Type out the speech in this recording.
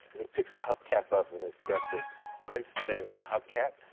and he picks the hubcap up, and it's got the prince thing on the hubcap.